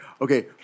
Okay